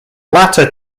latter